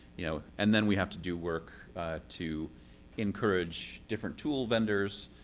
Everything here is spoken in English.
you know and then we have to do work to encourage different tool vendors,